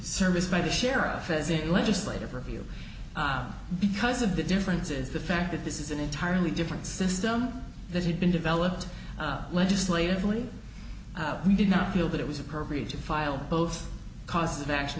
service by the sheriff as a legislative review because of the difference is the fact that this is an entirely different system that had been developed legislatively out we did not feel that it was appropriate to file both cause of action